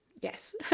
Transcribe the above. Yes